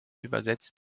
übersetzt